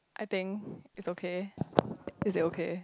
I think is okay is it okay